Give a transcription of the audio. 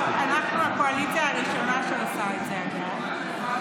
לא, אנחנו הקואליציה הראשונה שעושה את זה, אגב.